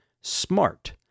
SMART